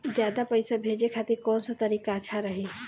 ज्यादा पईसा भेजे खातिर कौन सा तरीका अच्छा रही?